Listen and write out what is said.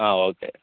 ആ ഓക്കെ